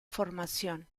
formación